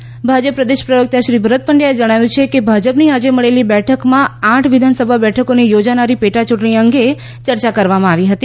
ભાજપ બેઠક ભાજપ પ્રદેશ પ્રવકતા શ્રી ભરત પંડયાએ જણાવ્યું છે કે ભાજપની આજે મળેલી બેઠકમાં આઠ વિધાનસભા બેઠકોની યોજાનારી પેટાયુંટણી અંગે ચર્ચા કરવામાં આવી હતી